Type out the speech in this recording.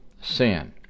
sin